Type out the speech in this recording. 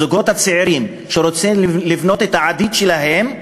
הזוגות הצעירים, שרוצים לבנות את העתיד שלהם,